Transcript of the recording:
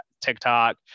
TikTok